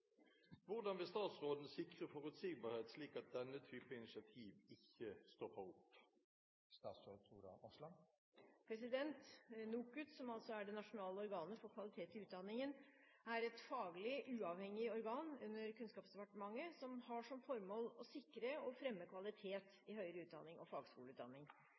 Hvordan vil statsråden sikre forutsigbarhet, slik at denne type initiativ ikke stopper opp?» NOKUT, som er det nasjonale organet for kvalitet i utdanningen, er et faglig uavhengig organ under Kunnskapsdepartementet som har som formål å sikre og fremme kvalitet i høyere utdanning og fagskoleutdanning.